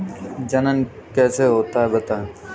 जनन कैसे होता है बताएँ?